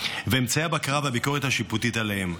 ואמצעי הבקרה והביקורת השיפוטית עליהם.